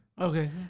Okay